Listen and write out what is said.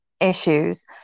issues